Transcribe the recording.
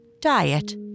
diet